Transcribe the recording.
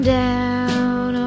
down